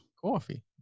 Coffee